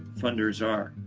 funders are.